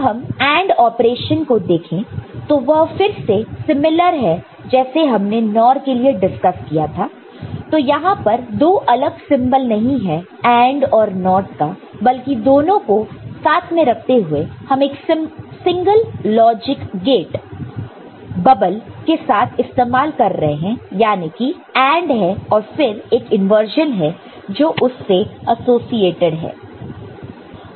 अब हम NAND operation को देखें तो तो वह फिर से समरूप है जैसे हमने NOR के लिए डिस्कस किया था तो यहां पर दो अलग सिंबल नहीं है AND और NOT का बल्कि दोनों को साथ में रखते हुए हम एक सिंगल लॉजिक गेट बबल के साथ इस्तेमाल कर रहे हैं याने कीAND है और फिर एक इंवर्जन है जो उससे एसोसिएटेड है